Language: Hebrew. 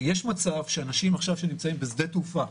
יש מצב שאנשים שנמצאים עכשיו בשדה תעופה